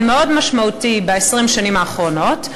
מאוד משמעותי ב-20 השנים האחרונות,